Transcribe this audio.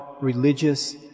religious